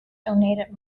donated